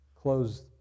close